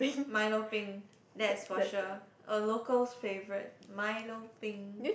milo-peng that's for sure a local favourite milo-peng